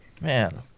Man